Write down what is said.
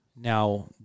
Now